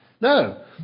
No